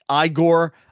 Igor